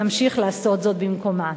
נמשיך לעשות זאת במקומה.